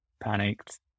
Panicked